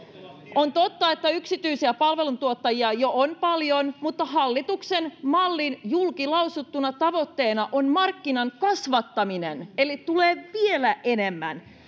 on totta että yksityisiä palveluntuottajia on jo paljon mutta hallituksen mallin julkilausuttuna tavoitteena on markkinan kasvattaminen eli niitä tulee vielä enemmän